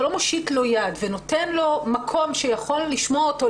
מושיט לו יד ונותן לו מקום שיכול לשמוע אותו,